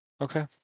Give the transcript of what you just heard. okay